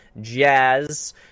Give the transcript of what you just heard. jazz